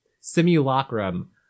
simulacrum